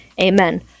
Amen